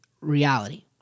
reality